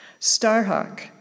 Starhawk